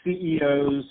CEOs